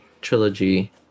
trilogy